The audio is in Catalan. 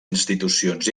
institucions